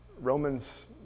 Romans